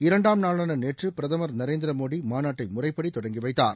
இரண்டாம் நாளான நேற்று பிரதமர் நரேந்திரமோடி மாநாட்டை முறைப்படி தொடங்கி வைத்தார்